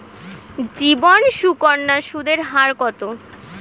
জীবন সুকন্যা সুদের হার কত?